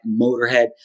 Motorhead